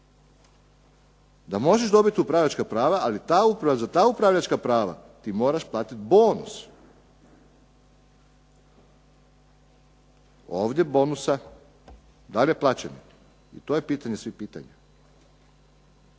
da možeš dobiti upravljačka prava ali za ta upravljača prava ti moraš platiti bonus. Ovdje bonus da li je plaćen, to je pitanje, svi pitaju.